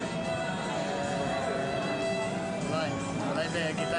אסביר את ההתנהלות ובכלל,